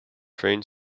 train